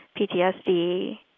PTSD